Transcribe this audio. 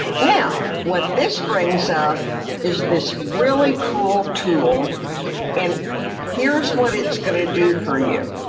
now what this brings up is this really cool tool and here's what it's going to do for you.